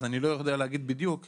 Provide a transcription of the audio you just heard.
אז אני לא יודע להגיד בדיוק איך,